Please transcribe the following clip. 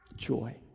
Joy